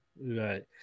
Right